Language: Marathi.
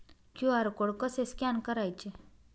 क्यू.आर कोड कसे स्कॅन करायचे?